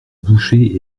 boucher